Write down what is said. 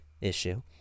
issue